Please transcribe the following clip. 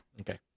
Okay